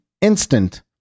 instant